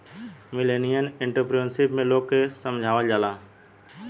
millennial entrepreneurship में लोग के समझावल जाला